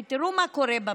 כי תראו מה קורה במדינה.